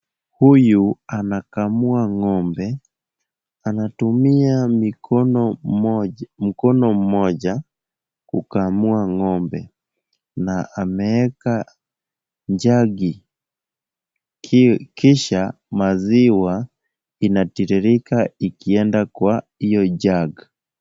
Huyu anakamua ng'ombe. Anatumia mkono mmoja kukamua ng'ombe na ameweka jagi kisha maziwa inatiririka ikienda kwa hiyo jug .